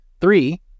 Three